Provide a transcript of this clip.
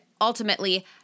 ultimately